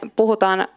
puhutaan